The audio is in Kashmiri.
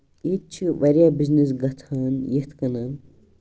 ییٚتہِ چھُ واریاہ بِزنٮ۪س گژھان یِتھ کنۍ